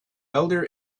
elder